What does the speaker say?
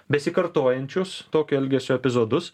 besikartojančius tokio elgesio epizodus